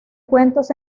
cuentos